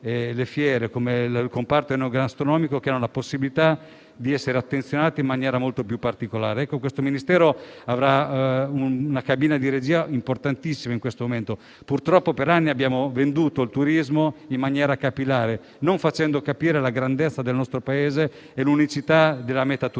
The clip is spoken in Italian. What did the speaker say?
e il comparto enogastronomico che hanno possibilità di ricevere attenzione in maniera molto più particolare. Il Ministero avrà una cabina di regia importantissima in questo momento. Purtroppo, per anni abbiamo venduto il turismo in maniera capillare, senza far capire la grandezza del nostro Paese e l'unicità della meta turistica.